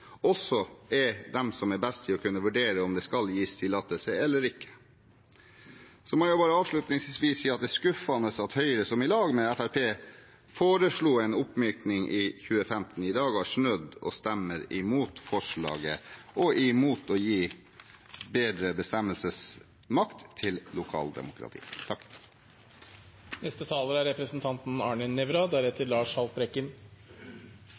som er best til å kunne vurdere om det skal gis tillatelse eller ikke. Så må jeg avslutningsvis si at det er skuffende at Høyre som sammen med Fremskrittspartiet foreslo en oppmyking i 2015, i dag har snudd og stemmer imot forslaget og imot å gi bedre bestemmelsesmakt til lokaldemokratiet. Jeg vil si som kollega Lars Haltbrekken at det ikke er